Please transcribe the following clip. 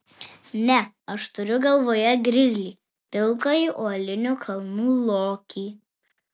ne aš turiu galvoje grizlį pilkąjį uolinių kalnų lokį